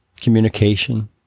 Communication